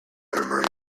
memory